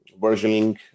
versioning